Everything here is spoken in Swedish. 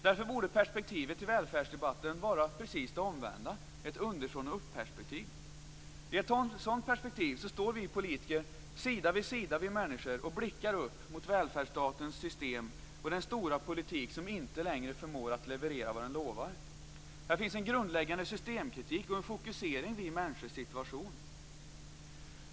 Därför borde perspektivet i välfärdsdebatten vara precis det omvända, ett underifrån-och-uppperspektiv. I ett sådant perspektiv står vi politiker sida vid sida med människor och blickar upp mot välfärdsstatens system och den stora politik som inte längre förmår att leverera vad den lovar. Här finns en grundläggande systemkritik och en fokusering vid människors situation.